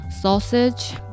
sausage